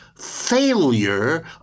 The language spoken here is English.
failure